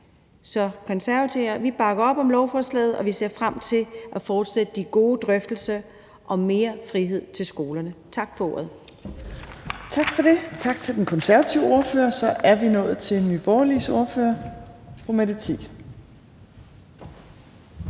Så Konservative bakker op om lovforslaget, og vi ser frem til at fortsætte de gode drøftelser om mere frihed til skolerne. Tak for ordet. Kl. 18:53 Tredje næstformand (Trine Torp): Tak for det. Tak til den konservative ordfører. Så er vi nået til Nye Borgerliges ordfører, og det er